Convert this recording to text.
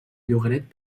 llogaret